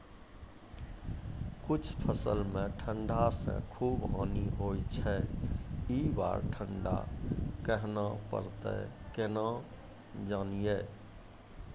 कुछ फसल मे ठंड से खूब हानि होय छैय ई बार ठंडा कहना परतै केना जानये?